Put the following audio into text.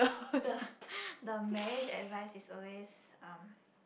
the the marriage advice is always um